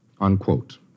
Unquote